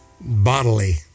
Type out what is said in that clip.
bodily